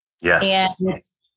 Yes